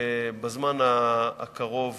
בזמן הקרוב